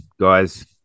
guys